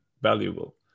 valuable